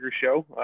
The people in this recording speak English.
show